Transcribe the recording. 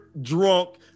drunk